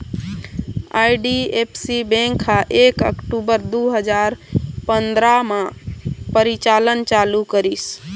IDFC bank ह एक अक्टूबर दू हजार पंदरा म परिचालन चालू करिस